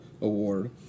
award